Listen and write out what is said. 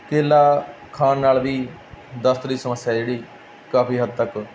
ਕੇਲਾ ਖਾਣ ਨਾਲ ਵੀ ਦਸਤ ਦੀ ਸਮੱਸਿਆ ਜਿਹੜੀ ਕਾਫ਼ੀ ਹੱਦ ਤੱਕ